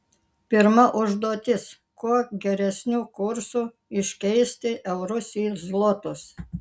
pirma užduotis kuo geresniu kursu iškeisti eurus į zlotus